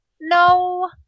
no